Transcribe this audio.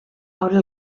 obre